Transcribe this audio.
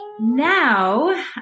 Now